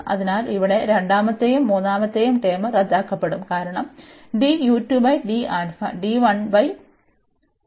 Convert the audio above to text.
അതിനാൽ ഇവിടെ രണ്ടാമത്തെയും മൂന്നാമത്തെയും ടേം റദ്ദാക്കപ്പെടും കാരണം 0 ആകുന്നു